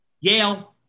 Yale